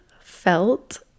felt